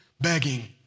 begging